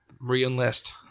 re-enlist